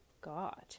God